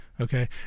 Okay